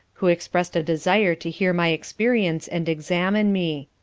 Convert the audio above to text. who expressed a desire to hear my experience and examine me.